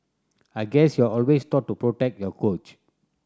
I guess you're always taught to protect your coach